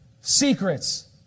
secrets